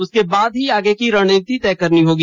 उसके बाद ही आगे की रणनीति तय करनी होगी